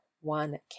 one